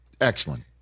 Excellent